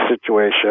situation